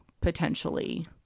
potentially